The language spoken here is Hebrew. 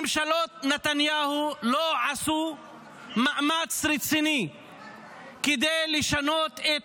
ממשלות נתניהו לא עשו מאמץ רציני כדי לשנות את